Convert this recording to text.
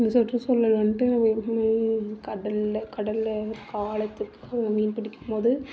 இந்த சுற்றுசூழல் வன்ட்டு கடலில் கடலில் காலத்துக்கு மீன் பிடிக்கும்போது